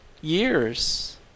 years